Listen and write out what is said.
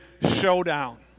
showdown